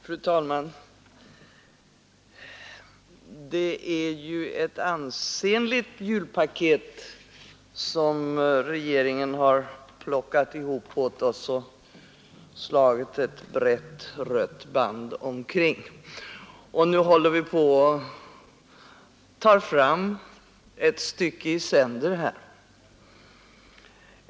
Fru talman! Det är ett ansenligt julpaket som regeringen har plockat ihop åt oss och slagit ett brett rött band omkring, och nu håller vi på att ta fram ett stycke i sänder.